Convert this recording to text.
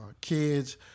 kids